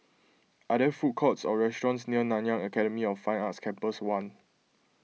are there food courts or restaurants near Nanyang Academy of Fine Arts Campus one